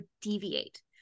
deviate